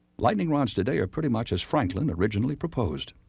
lightning rods today are pretty much as franklin originally proposed.